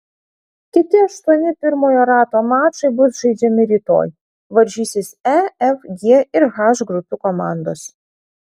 kiti aštuoni pirmojo rato mačai bus žaidžiami rytoj varžysis e f g ir h grupių komandos